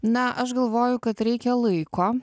na aš galvoju kad reikia laiko